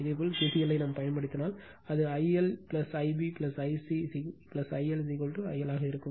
இதேபோல் KCL ஐப் பயன்படுத்தினால் அது I L I b I c I L I L ஆக இருக்கும்